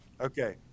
Okay